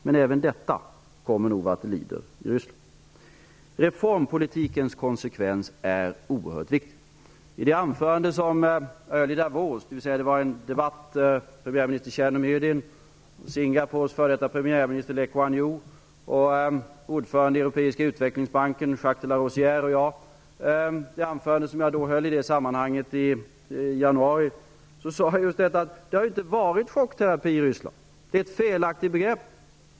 Men även det problemet kommer man nog att lösa i Ryssland vad det lider. Konsekvensen i reformpolitiken är oerhört viktig. I det anförande som jag höll i Davos i januari -- i en debatt med deltagande av premiärminister sade jag just att det inte har varit chockterapi i Ryssland. Det är ett felaktigt begrepp.